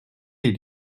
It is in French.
les